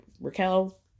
Raquel